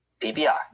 PBR